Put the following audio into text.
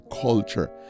culture